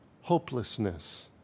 hopelessness